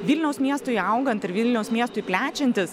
vilniaus miestui augant ir vilniaus miestui plečiantis